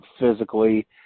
physically